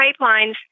pipelines